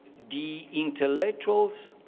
the intellectuals,